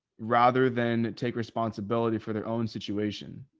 rather than take responsibility for their own situation